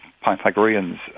Pythagoreans